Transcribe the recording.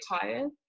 tired